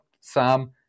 Sam